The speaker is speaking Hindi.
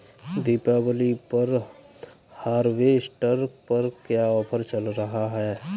दीपावली पर हार्वेस्टर पर क्या ऑफर चल रहा है?